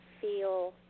feel